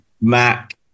Mac